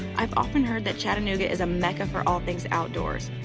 i've often heard that chattanooga is a mecca for all things outdoors,